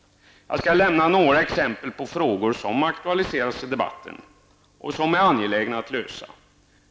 Jag skall lämna några exempel på frågor som aktualiseras i debatten och som det är angeläget att lösa.